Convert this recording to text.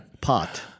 Pot